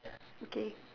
okay